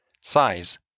size